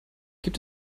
gibt